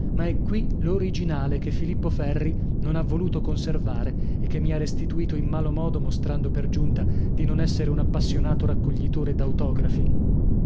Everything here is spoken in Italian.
ma è qui l'originale che filippo ferri non ha voluto conservare e che mi ha restituito in malo modo mostrando per giunta di non essere un appassionato raccoglitore